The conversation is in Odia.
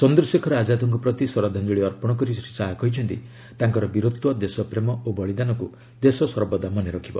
ଚନ୍ଦ୍ରଶେଖର ଆଜାଦ୍ଙ୍କ ପ୍ରତି ଶ୍ରଦ୍ଧାଞ୍ଚଳି ଅର୍ପଣ କରି ଶ୍ରୀ ଶାହା କହିଛନ୍ତି ତାଙ୍କର ବୀରତ୍ୱ ଦେଶପ୍ରେମ ଓ ବଳିଦାନକୁ ଦେଶ ସର୍ବଦା ମନେରଖିବ